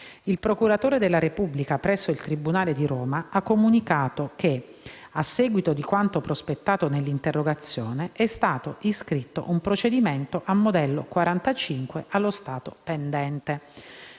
Il procuratore della Repubblica presso il tribunale di Roma ha comunicato che, a seguito di quanto prospettato nell’interrogazione, è stato iscritto un procedimento a modello 45, allo stato pendente.